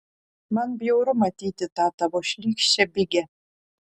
man bjauru matyti tą tavo šlykščią bigę